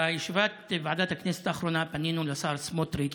בישיבת ועדת הכנסת האחרונה פנינו לשר סמוטריץ.